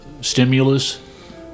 stimulus